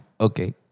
Okay